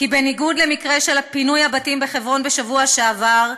כי בניגוד למקרה של פינוי הבתים בחברון בשבוע שעבר,